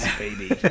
baby